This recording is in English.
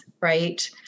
right